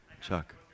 Chuck